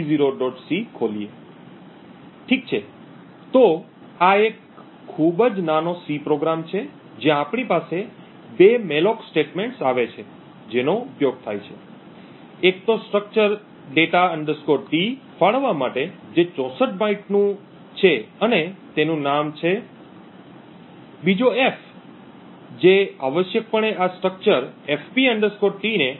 c ખોલીએ ઠીક છે તો આ એક ખૂબ જ નાનો C પ્રોગ્રામ છે જ્યાં આપણી પાસે બે મૅલોક સ્ટેટમેંટ્સ આવે છે જેનો ઉપયોગ થાય છે એક તો સ્ટ્રક્ચર data T ફાળવવા માટે જે 64 બાઇટ્સનું છે અને તેનું નામ છે બીજો f જે આવશ્યકપણે આ સ્ટ્રક્ચર fp T ને